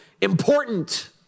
important